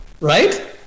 Right